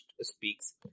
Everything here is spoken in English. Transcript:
speaks